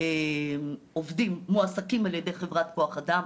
כאשר העובדים מועסקים על ידי חברת כוח אדם,